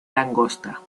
langosta